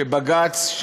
שבג"ץ,